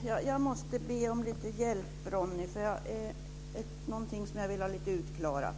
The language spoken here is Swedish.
Fru talman! Jag måste be om lite hjälp, Ronny Olander. Det finns någonting som jag vill ha utklarat,